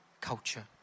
culture